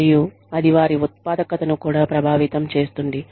మరియు అది వారి ఉత్పాదకతను కూడా ప్రభావితం చేస్తుంది